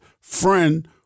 friend